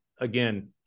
again